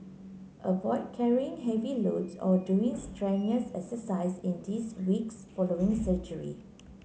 avoid carrying heavy loads or doing strenuous exercise in these weeks following surgery